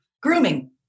grooming